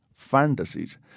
Fantasies